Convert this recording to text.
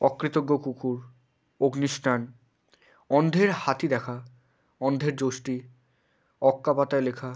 অকৃতজ্ঞ কুকুর অগ্নি স্নান অন্ধের হাতি দেখা অন্ধের যষ্টি অক্কা পাতায় লেখা